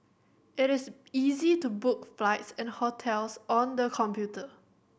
it is easy to book flights and hotels on the computer